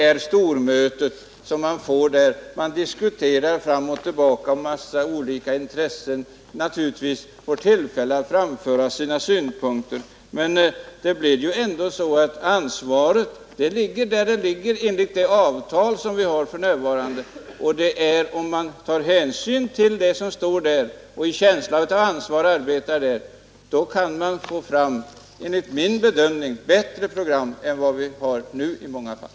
Det blir ett stormöte, där man diskuterar fram och tillbaka och där talesmän för en mängd olika intressen får tillfälle att framföra sina synpunkter. Men ansvaret ligger ju ändå där det ligger enligt det avtal vi har för närvarande, och om man tar hänsyn till vad som står där och arbetar i en stark känsla av ansvar, så kan man enligt min bedömning få fram bättre program än vi har nu i många fall.